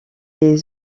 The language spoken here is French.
les